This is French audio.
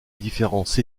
différence